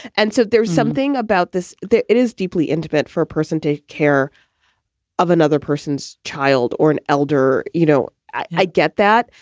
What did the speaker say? and so there's something about this it is deeply intimate for a person take care of another person's child or an elder. you know, i get that.